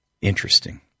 Interesting